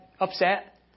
upset